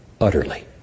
utterly